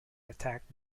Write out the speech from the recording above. attacked